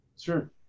sure